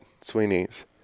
Sweeney's